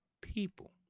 people